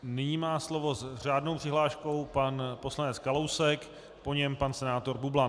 Nyní má slovo s řádnou přihláškou pan poslanec Kalousek, po něm pan senátor Bublan.